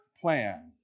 plan